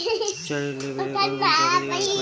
शिक्षा ऋण लेवेला कौन कौन कागज के जरुरत पड़ी?